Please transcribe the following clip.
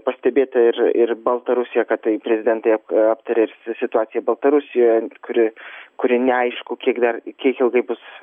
pastebėta ir ir baltarusija kad tai prezidentai apta aptarė situaciją baltarusijoje kuri kuri neaišku kiek dar kiek ilgai bus